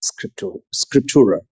scriptura